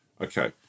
Okay